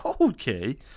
Okay